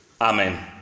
Amen